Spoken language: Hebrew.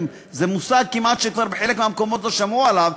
זה מושג שבחלק מהמקומות כמעט לא שמעו עליו,